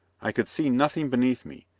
i could see nothing beneath me,